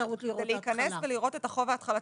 ולהיכנס ולראות את החוב ההתחלתי,